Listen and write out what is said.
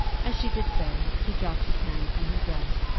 as she did so, he dropped his hand from her dress,